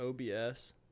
OBS